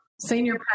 senior